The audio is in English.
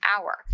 hour